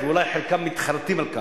אדוני היושב-ראש,